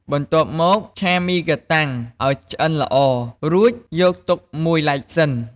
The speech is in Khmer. បន្ទាប់មក ឆាមីកាតាំងឱ្យឆ្អិនល្អ រួចយកទុកមួយឡែកសិន។